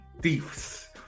thieves